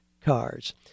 cars